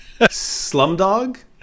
Slumdog